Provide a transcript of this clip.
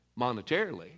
monetarily